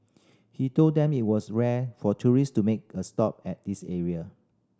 he told them it was rare for tourist to make a stop at this area